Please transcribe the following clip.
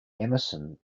emerson